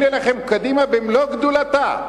הנה לכם קדימה במלוא גדולתה.